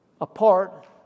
apart